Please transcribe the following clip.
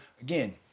again